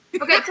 Okay